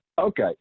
Okay